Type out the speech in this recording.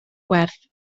gwerth